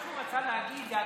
מה שהוא רצה להגיד: אתה,